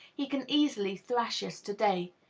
he can easily thrash us to-day,